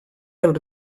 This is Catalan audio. del